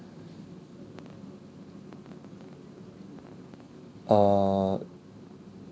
err